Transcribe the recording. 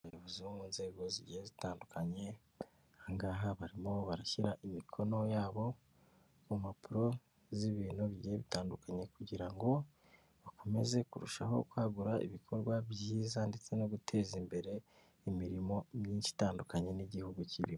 Abayobozi bo mu nzego zigiye zitandukanye, aha ngaha barimo barashyira imikono yabo mu mpapuro z'ibintu bigiye bitandukanye kugira ngo bakomeze kurushaho kwagura ibikorwa byiza ndetse no guteza imbere imirimo myinshi itandukanye n'igihugu kirimo.